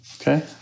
Okay